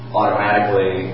automatically